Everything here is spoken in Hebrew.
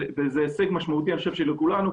זה הישג משמעותי לכולנו.